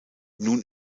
nun